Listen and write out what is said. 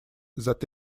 that